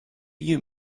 you